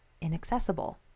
inaccessible